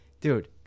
dude